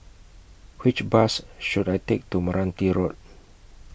Which Bus should I Take to Meranti Road